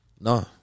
No